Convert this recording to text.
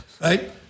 right